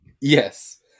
Yes